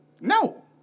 No